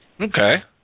Okay